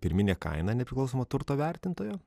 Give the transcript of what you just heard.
pirminė kaina nepriklausomo turto vertintojo